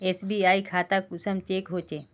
SBI खाता कुंसम check होचे?